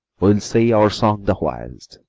we'll say our song the whilst.